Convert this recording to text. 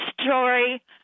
story